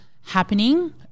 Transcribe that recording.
happening